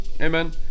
Amen